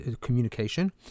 communication